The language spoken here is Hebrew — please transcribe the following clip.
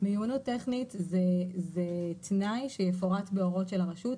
מהימנות טכנית זה תנאי שיפורט בהוראות של הרשות,